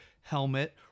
helmet